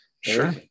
sure